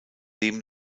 leben